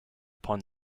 upon